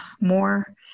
more